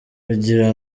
kugira